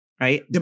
Right